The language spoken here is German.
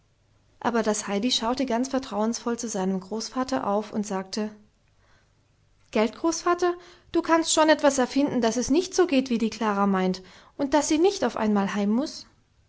aber das heidi schaute ganz vertrauensvoll zu seinem großvater auf und sagte gelt großvater du kannst schon etwas erfinden daß es nicht so geht wie die klara meint und daß sie nicht auf einmal heim muß